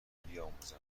بیاموزند